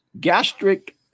gastric